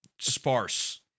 Sparse